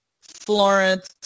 Florence